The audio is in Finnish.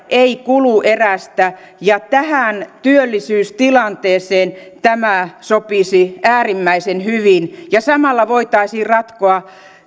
ei kuluerästä ja tähän työllisyystilanteeseen tämä sopisi äärimmäisen hyvin samalla voitaisiin ratkoa